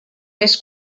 més